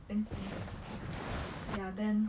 twenty thirteen twenty fourteen ya then